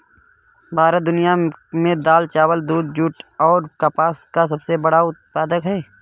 भारत दुनिया में दाल, चावल, दूध, जूट और कपास का सबसे बड़ा उत्पादक है